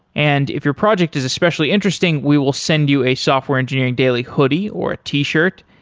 and if your project is especially interesting, we will send you a software engineering daily hoodie, or a t-shirt,